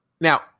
now